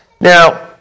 Now